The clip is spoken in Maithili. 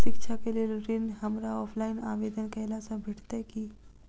शिक्षा केँ लेल ऋण, हमरा ऑफलाइन आवेदन कैला सँ भेटतय की?